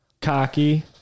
cocky